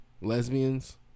Lesbians